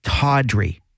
tawdry